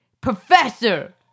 Professor